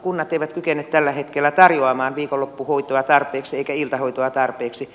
kunnat eivät kykene tällä hetkellä tarjoamaan viikonloppuhoitoa tarpeeksi eikä iltahoitoa tarpeeksi